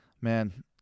Man